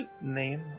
name